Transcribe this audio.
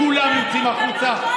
כולם יוצאים החוצה?